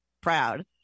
proud